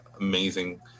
amazing